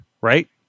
right